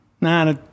Nah